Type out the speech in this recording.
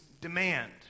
demand